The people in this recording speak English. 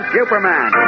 Superman